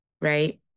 right